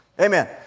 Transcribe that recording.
Amen